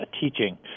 teaching